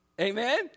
Amen